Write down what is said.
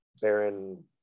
Baron